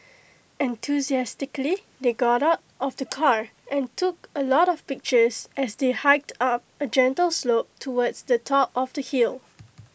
enthusiastically they got out of the car and took A lot of pictures as they hiked up A gentle slope towards the top of the hill